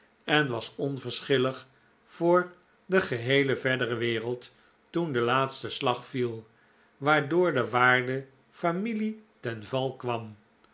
en was onverschillig voor de geheele verdere wereld toen de laatste slag viel waardoor de waarde familie ten val kwam